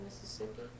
Mississippi